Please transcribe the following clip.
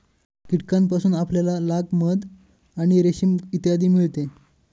कीटकांपासून आपल्याला लाख, मध आणि रेशीम इत्यादी मिळते